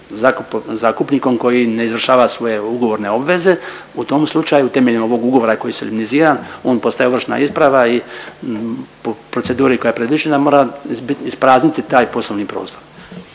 zakupnikom koji ne izvršava svoje ugovorne obveze. U tom slučaju temeljem ovog ugovora koji je solemniziran, on postaje ovršna isprava i po proceduri koja je predviđena mora isprazniti taj poslovni prostor.